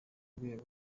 rwego